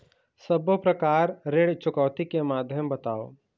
सब्बो प्रकार ऋण चुकौती के माध्यम बताव?